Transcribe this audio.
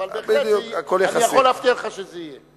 אבל בהחלט אני יכול להבטיח לך שזה יהיה.